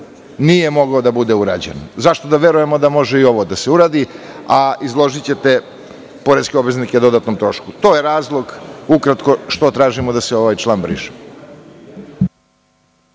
nije mogao da bude urađen. Zašto da verujemo da može i ovo da se uradi, a izložićete poreske obveznike dodatnom trošku? To je ukratko razlog što tražimo da se ovaj član briše.